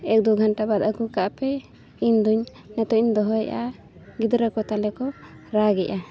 ᱮᱠᱼᱫᱩ ᱜᱷᱟᱱᱴᱟ ᱵᱟᱫᱽ ᱟᱹᱜᱩ ᱠᱟᱜ ᱯᱮ ᱤᱧ ᱫᱩᱧ ᱱᱤᱛᱳᱜ ᱤᱧ ᱫᱚᱦᱚᱭᱮᱫᱼᱟ ᱜᱤᱫᱽᱨᱟᱹ ᱠᱚ ᱛᱟᱞᱮ ᱠᱚ ᱨᱟᱜ ᱮᱫᱟ